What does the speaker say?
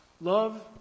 Love